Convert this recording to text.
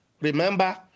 remember